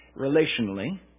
relationally